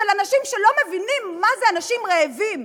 של אנשים שלא מבינים מה זה אנשים רעבים,